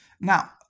Now